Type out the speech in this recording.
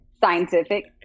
scientific